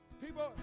people